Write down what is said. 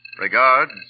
Regards